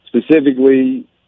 specifically